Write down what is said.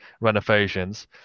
renovations